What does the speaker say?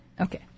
Okay